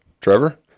Trevor